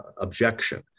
objection